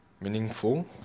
meaningful